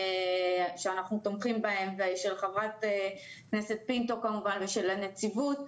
שאנחנו תומכים בהם ושל חברת הכנסת פינטו כמובן ושל הנציבות.